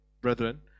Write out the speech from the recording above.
brethren